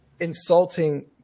insulting